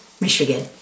Michigan